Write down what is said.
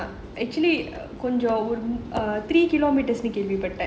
actually கொஞ்சம்:konjam three kilometres நினைக்குறேன்:ninaikuraen